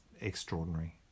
extraordinary